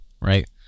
right